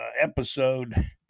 episode